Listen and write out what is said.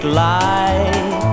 light